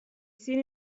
seen